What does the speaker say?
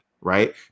right